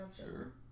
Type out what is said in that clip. Sure